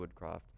Woodcroft